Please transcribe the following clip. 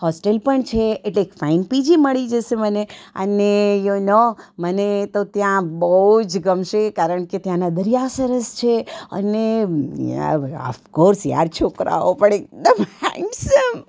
hostel પણ છે એટલે એક ફાઇન પીજી મળી જશે મને અને યુનો મને તો ત્યાં બહુ જ ગમશે કારણ કે ત્યાંના દરિયા સરસ છે અને અફકોર્સ યાર છોકરાઓ પણ એકદમ હેન્ડસમ